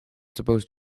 supposed